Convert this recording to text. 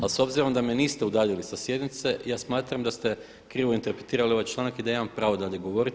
Ali s obzirom da me niste udaljili sa sjednice ja smatram da ste krivo interpretirali ovaj članak i da imam pravo dalje govoriti.